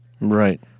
Right